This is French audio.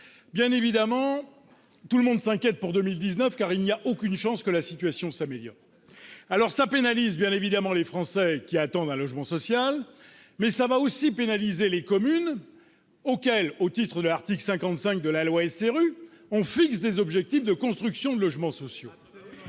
Bien évidemment, tout le monde s'inquiète pour 2019, car il n'y a aucune chance que la situation s'améliore. Cela pénalise évidemment les Français qui attendent un logement social, mais cela pénalisera aussi les communes, auxquelles, au titre de l'article 55 de la loi SRU, on assigne des objectifs de construction de logements sociaux.